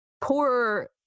poor